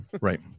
Right